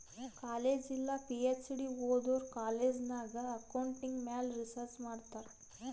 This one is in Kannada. ಕಾಲೇಜ್ ಇಲ್ಲ ಪಿ.ಹೆಚ್.ಡಿ ಓದೋರು ಕಾಲೇಜ್ ನಾಗ್ ಅಕೌಂಟಿಂಗ್ ಮ್ಯಾಲ ರಿಸರ್ಚ್ ಮಾಡ್ತಾರ್